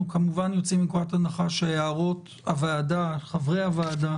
אנחנו כמובן יוצאים מתוך נקודת הנחה שהערות חברי הוועדה